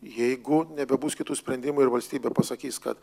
jeigu nebebus kitų sprendimų ir valstybė pasakys kad